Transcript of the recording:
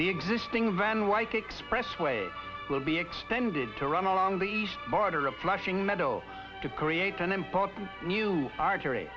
the existing van white expressway will be extended to run along the east border of flushing meadow to create an important new artery